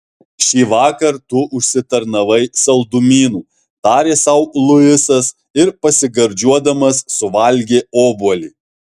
šįvakar tu užsitarnavai saldumynų tarė sau luisas ir pasigardžiuodamas suvalgė obuolį